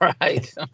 right